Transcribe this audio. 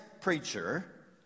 preacher